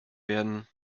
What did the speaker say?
werden